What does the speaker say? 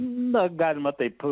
na galima taip